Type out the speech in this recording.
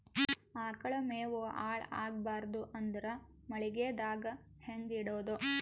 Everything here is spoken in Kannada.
ಆಕಳ ಮೆವೊ ಹಾಳ ಆಗಬಾರದು ಅಂದ್ರ ಮಳಿಗೆದಾಗ ಹೆಂಗ ಇಡೊದೊ?